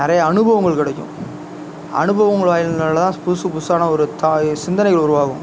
நிறைய அனுபவங்கள் கிடைக்கும் அனுபவங்களாக இருந்ததுனால்தான் புதுசு புதுசான ஒரு சிந்தனைகள் உருவாகும்